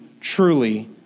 truly